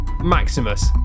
Maximus